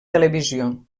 televisió